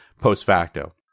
post-facto